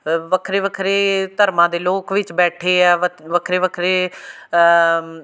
ਵੱਖਰੇ ਵੱਖਰੇ ਧਰਮਾਂ ਦੇ ਲੋਕ ਵਿੱਚ ਬੈਠੇ ਆ ਵਤ ਵੱਖਰੇ ਵੱਖਰੇ